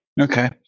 Okay